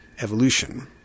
evolution